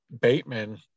Bateman